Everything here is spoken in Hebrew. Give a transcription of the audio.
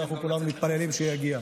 שכולנו מתפללים שיגיעו,